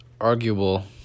arguable